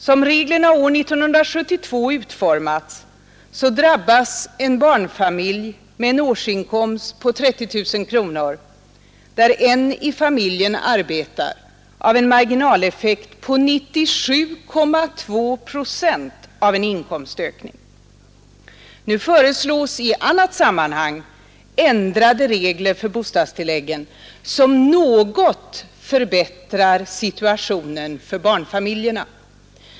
Som reglerna år 1972 utformats, drabbas en barnfamilj med en årsinkomst på 30 000 kronor, där en i familjen arbetar, av en marginaleffekt på 97,2 procent av en inkomstökning. Nu föreslås i annat sammanhang ändrade regler för bostadstilläggen, som något förbättrar situationen för barnfamiljerna.